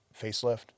facelift